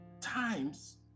times